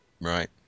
Right